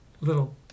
little